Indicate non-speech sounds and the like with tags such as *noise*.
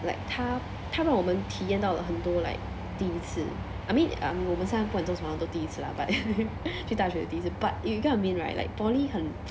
like 他他让我们体验到了很多 like 第一次 I mean I'm 我们现在换什么都是第一次 lah but *laughs* 去大学也是第一次 but you get what I mean right like poly 很